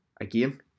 again